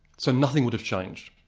so nothing would have changed.